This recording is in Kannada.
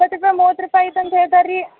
ಇಪ್ಪತ್ತು ರೂಪಾಯಿ ಮೂವತ್ತು ರೂಪಾಯಿ ಆಯ್ತು ಅಂತೆ ಹೇಳ್ತಾರೆ ರಿ